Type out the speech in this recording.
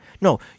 No